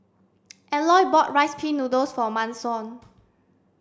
Eloy bought rice pin noodles for Manson